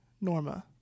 Norma